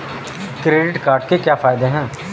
Credit card के क्या फायदे हैं?